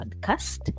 Podcast